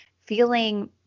feeling